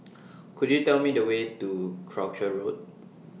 Could YOU Tell Me The Way to Croucher Road